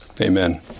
Amen